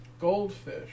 goldfish